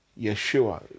Yeshua